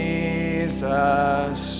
Jesus